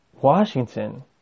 Washington